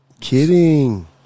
Kidding